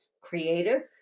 creative